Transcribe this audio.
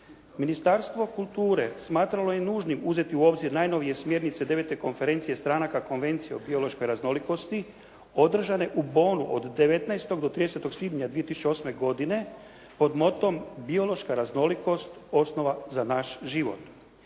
Ministarstvo kulture smatralo je nužnim uzeti u obzir najnovije smjernice 9. Konvencije stranaka Konvencije o biološkoj raznolikosti održane u Bonnu od 19. do 30. svibnja 2008. godine pod motom biološka raznolikost osnova za naš život.